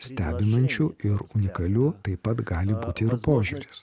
stebinančiu ir unikaliu taip pat gali būti ir požiūris